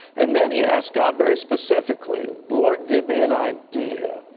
and then he asked god very specifically, lord, give me an idea.